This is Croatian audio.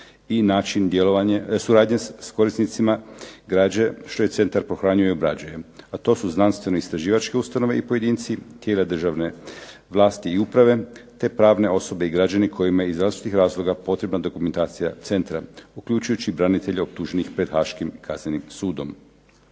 suradnja s korisnicima, građe što je centar pohranjuje i obrađuje a to su znanstveno-istraživačka ustanove i pojedinci, tijela državne vlasti i uprave te pravne osobe i građani kojima je iz različitih razloga potrebna dokumentacija centra uključujući i branitelje optuženih pred Haškim kaznenim sudom.